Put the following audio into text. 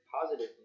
positively